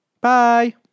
Bye